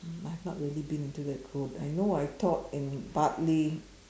um I have not really been into that road I know I taught in Bartley